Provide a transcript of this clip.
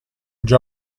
già